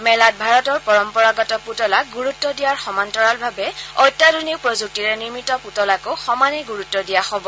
মেলাত ভাৰতৰ পৰম্পৰাগত পুতলাক গুৰুত্ব দিয়াৰ সমান্তৰালভাৱে অত্যাধূনিক প্ৰযুক্তিৰে নিৰ্মিত পুতলাকো সমানে গুৰুত্ব দিয়া হ'ব